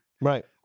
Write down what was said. Right